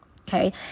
Okay